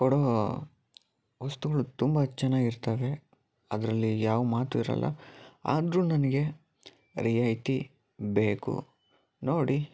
ಕೊಡೊ ವಸ್ತುಗಳು ತುಂಬ ಚೆನ್ನಾಗಿರ್ತವೆ ಅದರಲ್ಲಿ ಯಾವ ಮಾತು ಇರಲ್ಲ ಅದರ ನನಗೆಗೆ ರಿಯಾಯಿತಿ ಬೇಕು ನೋಡಿ